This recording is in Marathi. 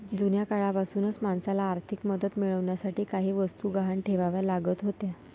जुन्या काळापासूनच माणसाला आर्थिक मदत मिळवण्यासाठी काही वस्तू गहाण ठेवाव्या लागत होत्या